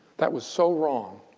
that was so wrong.